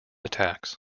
attacks